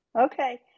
Okay